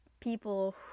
people